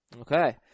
Okay